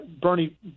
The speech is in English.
Bernie